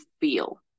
feel